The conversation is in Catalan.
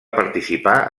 participar